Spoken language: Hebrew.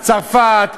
צרפת,